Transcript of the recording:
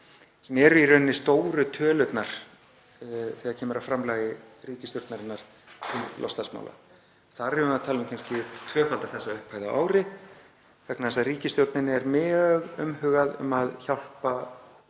sem eru í rauninni stóru tölurnar þegar kemur að framlagi ríkisstjórnarinnar til loftslagsmála. Þar erum við að tala um kannski tvöfalda þessa upphæð á ári vegna þess að ríkisstjórninni er mjög umhugað um að hjálpa